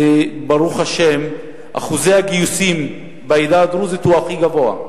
וברוך השם אחוז הגיוסים בעדה הדרוזית הוא הכי גבוה.